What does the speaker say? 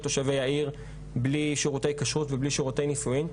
תושבי העיר בלי שירותי כשרות ובלי שירותי נישואים,